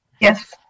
Yes